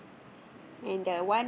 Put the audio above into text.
um